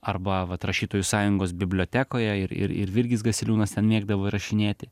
arba vat rašytojų sąjungos bibliotekoje ir ir ir virgis gasiliūnas ten mėgdavo įrašinėti